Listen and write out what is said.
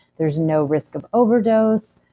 there's no risk of overdose,